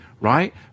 right